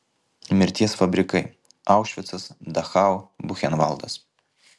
mirties fabrikai aušvicas dachau buchenvaldas